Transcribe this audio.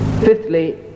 Fifthly